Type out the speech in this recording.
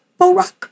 Barack